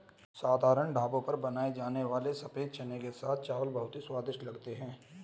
साधारण ढाबों पर बनाए जाने वाले सफेद चने के साथ चावल बहुत ही स्वादिष्ट लगते हैं